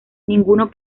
ninguno